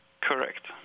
Correct